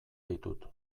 ditut